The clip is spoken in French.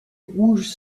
rouges